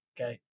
okay